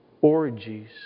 orgies